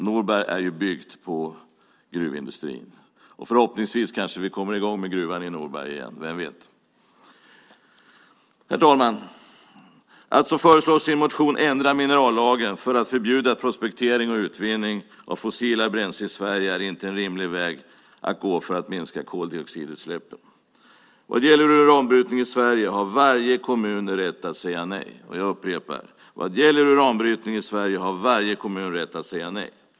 Norberg är ju byggt på gruvindustrin. Förhoppningsvis kommer vi i gång med gruvan i Norberg igen, vem vet. Herr talman! Att som föreslås i en motion ändra minerallagen för att förbjuda prospektering och utvinning av fossila bränslen i Sverige är inte en rimlig väg att gå för att minska koldioxidutsläppen. Vad gäller uranbrytning i Sverige har varje kommun rätt att säga nej. Jag upprepar: Vad gäller uranbrytning i Sverige har varje kommun rätt att säga nej.